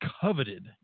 coveted